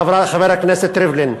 חבר הכנסת ריבלין.